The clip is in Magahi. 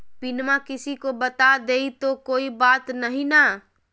पिनमा किसी को बता देई तो कोइ बात नहि ना?